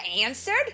answered